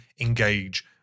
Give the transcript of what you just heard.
engage